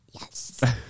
yes